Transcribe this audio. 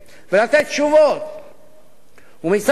ומצד שני יש אמירות של הסתה.